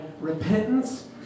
repentance